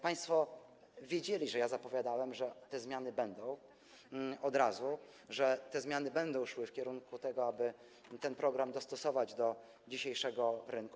Państwo wiedzieli, że ja zapowiadałem, że te zmiany będą od razu, że te zmiany będą szły w kierunku tego, aby ten program dostosować do dzisiejszego rynku.